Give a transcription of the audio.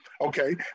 Okay